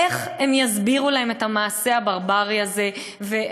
איך הם יסבירו להם את המעשה הברברי הזה ברעננה?